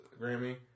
grammy